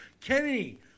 Kenny